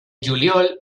juliol